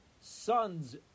son's